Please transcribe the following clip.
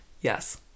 Yes